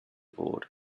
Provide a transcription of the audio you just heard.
board